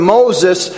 Moses